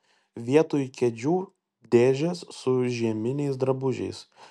vietoj kėdžių dėžės su žieminiais drabužiais